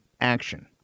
action